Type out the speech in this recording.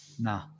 No